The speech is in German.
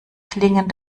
klingen